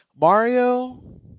Mario